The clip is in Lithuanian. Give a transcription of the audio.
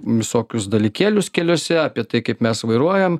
visokius dalykėlius keliuose apie tai kaip mes vairuojam